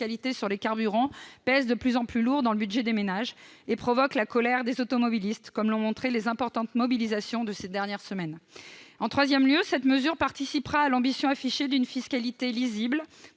sur les carburants pèse de plus en plus lourd dans le budget des ménages et provoque la colère des automobilistes, comme l'ont montré les importantes mobilisations de ces dernières semaines. En troisième lieu, ce dispositif participera à l'ambition affichée d'une fiscalité lisible,